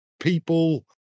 people